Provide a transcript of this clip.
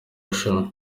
rushanwa